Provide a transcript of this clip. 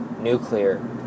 nuclear